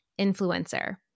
influencer